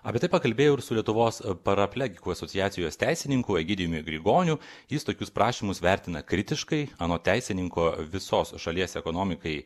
apie tai pakalbėjau ir su lietuvos paraplegikų asociacijos teisininku egidijumi grigoniu jis tokius prašymus vertina kritiškai anot teisininko visos šalies ekonomikai